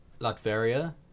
Latveria